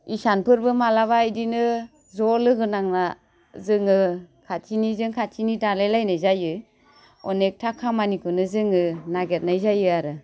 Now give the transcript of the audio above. इसानफोरबो मालाबा इदिनो ज' लोगो नांना जोङो खाथिनिजों खाथिनि दालायलायनाय जायो अनेकथा खामानिखौनो जोङो नागिरनाय जायो आरो